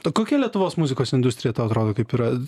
ta tokia lietuvos muzikos industrija tau atrodo kaip yra